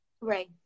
Right